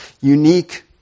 unique